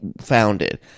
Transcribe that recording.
founded